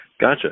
Gotcha